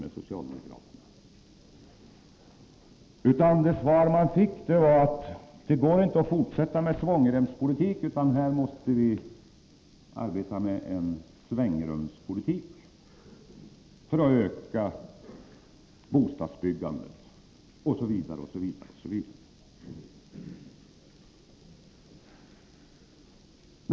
Det svar som vi fick var: Det går inte att fortsätta med svångremspolitiken, utan här måste vi arbeta med en svängrumspolitik för att öka bostadsbyggandet osv.